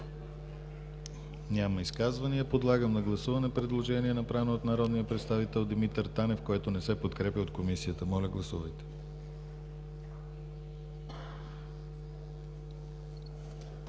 Няма изказвания. Подлагам на гласуване предложението, направено от народния представител Димитър Танев, което не се подкрепя от Комисията. Гласували